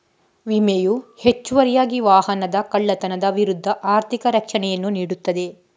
ವಿಮೆಯು ಹೆಚ್ಚುವರಿಯಾಗಿ ವಾಹನದ ಕಳ್ಳತನದ ವಿರುದ್ಧ ಆರ್ಥಿಕ ರಕ್ಷಣೆಯನ್ನು ನೀಡುತ್ತದೆ